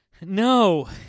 No